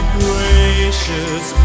gracious